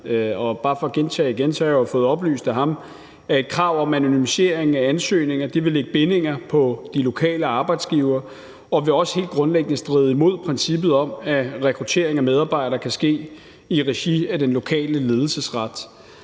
gentage det vil jeg sige, at jeg har fået oplyst af ham, at krav om anonymisering af ansøgninger vil lægge bindinger på de lokale arbejdsgivere og vil også helt grundlæggende stride imod princippet om, at rekruttering af medarbejdere kan ske i regi af den lokale ledelsesret.